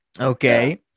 Okay